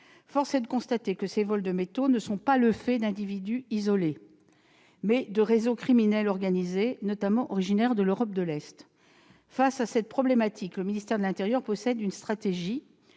Force est de constater que ces vols de métaux sont le fait non pas d'individus isolés, mais de réseaux criminels organisés, notamment originaires de l'Europe de l'Est. Face à cette problématique, le ministère de l'intérieur possède une stratégie